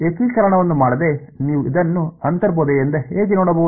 ಏಕೀಕರಣವನ್ನು ಮಾಡದೆ ನೀವು ಇದನ್ನು ಅಂತರ್ಬೋಧೆಯಿಂದ ಹೇಗೆ ನೋಡಬಹುದು